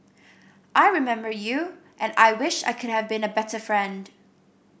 I remember you and I wish I could have been a better friend